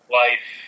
life